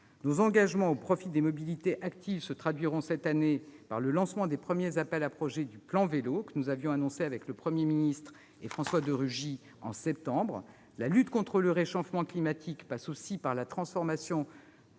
Nos engagements au profit des mobilités actives se traduiront cette année par le lancement des premiers appels à projets du plan Vélo que nous avons présenté en septembre avec le Premier ministre et François de Rugy. La lutte contre le réchauffement climatique passe aussi par la transformation